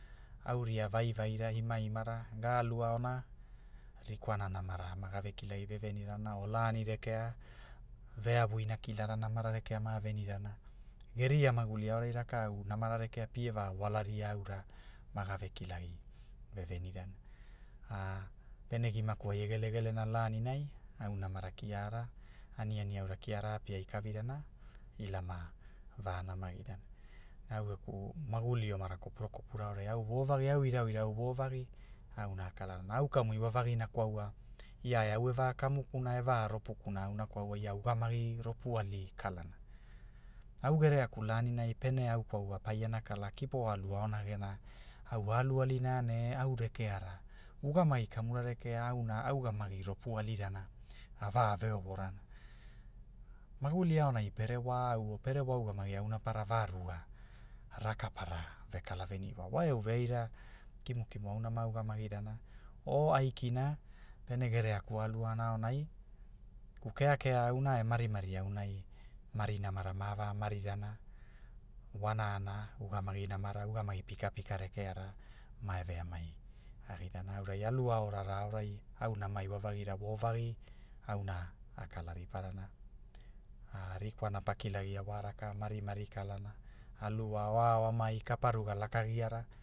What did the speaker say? Auria vaivai ra imaimara, ga alu aona, irikwana namara maga ve kilagi vevenirana o lani rekea, veavuina kilara namara rekea ma venirana, geria maguli aurai rakau namara rekea pie va walaria aura, maga vekila gi, vevenirana, pene gimaku ai e gelegelena lanilani, au namara kiara, aniani aura kiara a api kavirana, ila ma vanamigirana au geku, maguli omarai kopura kopura aorai au vovagi au irau irau vovagi, auna a kalarana, au kamu iwavagina kwaua, ia au e va kamukamuna, e va ropukuna auna kwaua a ugamagi ropu ali kalana, au gereaka laninai pene au kwaua pai ana kala kipo a aluaona gena, au alu alina ne, au rekeara, ugamagi kamura rekea auna a ugamagi ropu alirana, ava veovorana, maguli aonai pene wau o pere wo ugamagi auna para va ruga, raka para, vekala veni iwa wa e au veaira, kimukimu auna maa ugamagirana, o aikina pene gereaku a aluaona aonai, geku keakea auna e marimari aunai,. mari namara ma va marirana, wanana, ugamagi namara ugamagi pikapikara rekeara ma ve veamai, agirana aurai alu aurara aurai au nama iwavagira wovagi, auna, a kula riparana, rikwana pakilagi, wa raka marimari kalana, aluao, kapa ruga lakagia, a